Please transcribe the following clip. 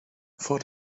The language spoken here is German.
vor